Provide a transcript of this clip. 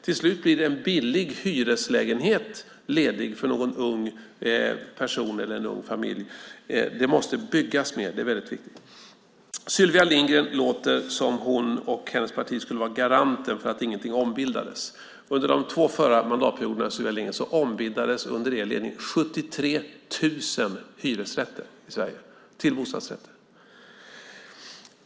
Till slut blir en billig hyresledighet ledig för någon ung person eller en ung familj. Det måste byggas mer. Det är väldigt viktigt. Sylvia Lindgren låter som om hon och hennes parti skulle vara garanten för att ingenting ombildades. Under de två föregående mandatperioderna ombildades under er ledning 73 000 hyresrätter i Sverige till bostadsrätter.